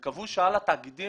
וקבעו שעל התאגידים